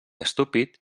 estúpid